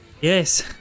yes